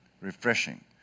refreshing